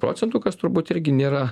procentų kas turbūt irgi nėra